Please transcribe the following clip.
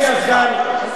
אדוני הסגן, אני מבקש.